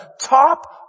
top